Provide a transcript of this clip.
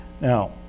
Now